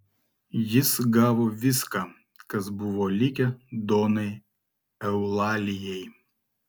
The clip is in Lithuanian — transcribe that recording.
jis gavo viską kas buvo likę donai eulalijai